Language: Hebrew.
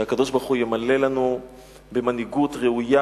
שהקדוש-ברוך-הוא ימלא לנו במנהיגות ראויה,